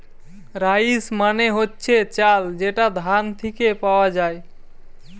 rice মানে হচ্ছে চাল যেটা ধান থিকে পাওয়া যায়